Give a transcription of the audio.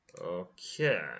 Okay